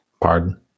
Pardon